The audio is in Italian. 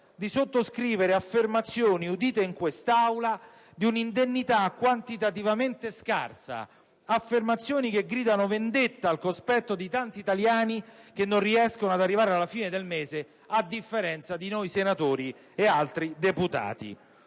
di sottoscrivere affermazioni udite in quest'Aula di un'indennità quantitativamente scarsa, affermazioni che gridano vendetta, al cospetto di tanti italiani che non riescono ad arrivare alla fine del mese a differenza di noi e dei deputati.